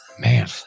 man